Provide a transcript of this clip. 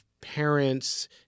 parents